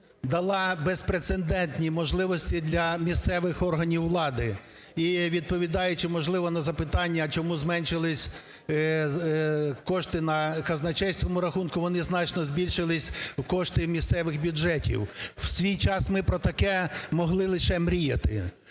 дала безпрецедентні можливості для місцевих органів влади. І відповідаючи, можливо, на запитання, чому зменшилися кошти на казначейському рахунку, вони значно збільшилися, кошти місцевих бюджетів. В свій час ми про таке могли лише мріяти.